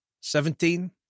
Seventeen